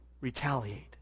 retaliate